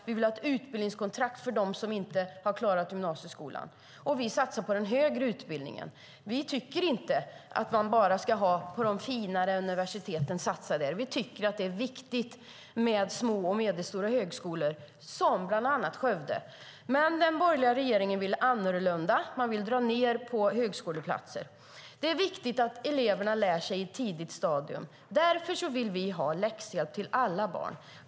Vi vill ha ett utbildningskontrakt för dem som inte har klarat gymnasieskolan. Vi satsar på den högre utbildningen. Vi tycker inte att man bara ska satsa på de fina universiteten. Vi tycker att det är viktigt med små och medelstora högskolor, bland annat den i Skövde. Men den borgerliga regeringen vill annorlunda. Den vill dra ned på högskoleplatser. Det är viktigt att eleverna lär sig i ett tidigt stadium. Därför vill vi ha läxhjälp till alla barn.